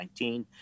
2019